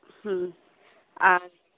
ᱦᱮᱸ ᱟᱨ